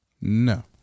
No